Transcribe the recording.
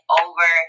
over